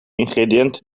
ingrediënten